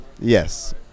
Yes